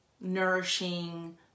nourishing